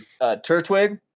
Turtwig